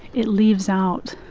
it leaves out